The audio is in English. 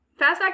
fastback